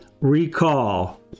Recall